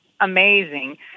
amazing